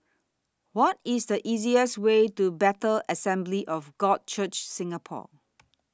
What IS The easiest Way to Bethel Assembly of God Church Singapore